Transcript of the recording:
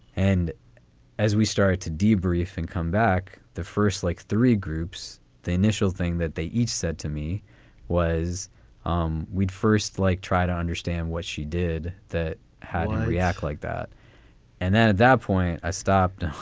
and as we started to debrief and come back, the first like three groups, the initial thing that they each said to me was um we'd first like try to understand what she did that hadn't react like that and then at that point, i stopped.